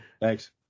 Thanks